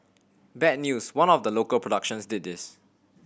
bad news one of the local productions did this